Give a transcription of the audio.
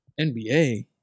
NBA